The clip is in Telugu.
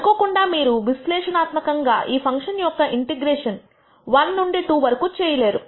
అనుకోకుండా మీరు విశ్లేషణాత్మకంగా ఈ ఫంక్షన్ యొక్క ఇంటిగ్రేషన్ 1 నుండి 2 వరకు చేయలేరు